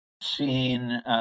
seen